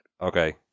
Okay